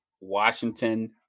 Washington